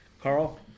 Carl